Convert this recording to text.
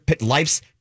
life's